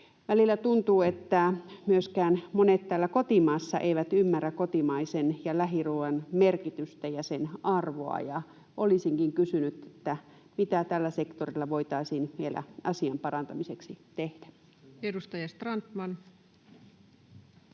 Välillä tuntuu, että myöskään monet täällä kotimaassa eivät ymmärrä kotimaisen ja lähiruuan merkitystä ja sen arvoa. Olisinkin kysynyt: mitä tällä sektorilla voitaisiin vielä asian parantamiseksi tehdä? [Speech